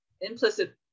implicit